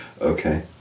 Okay